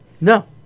No